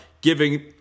giving